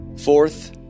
Fourth